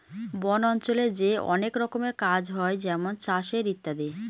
বন অঞ্চলে যে অনেক রকমের কাজ হয় যেমন চাষের ইত্যাদি